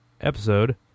episode